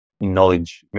knowledge